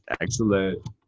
Excellent